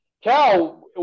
Cal